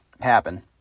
happen